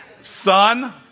Son